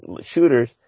shooters